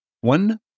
One